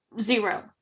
zero